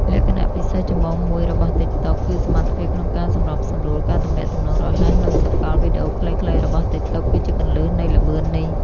លក្ខណៈពិសេសចម្បងមួយរបស់ TikTok គឺសមត្ថភាពក្នុងការសម្របសម្រួល ការទំនាក់ទំនងរហ័ស និងសកល វីដេអូខ្លីៗរបស់ TikTok គឺជាគន្លឹះនៃល្បឿននេះ។